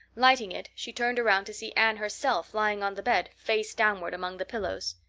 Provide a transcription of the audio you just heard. lighting it, she turned around to see anne herself lying on the bed, face downward among the pillows.